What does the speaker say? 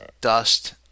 dust